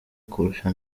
kurusha